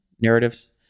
narratives